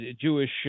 Jewish